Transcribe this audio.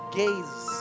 gaze